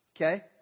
Okay